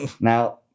Now